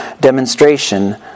demonstration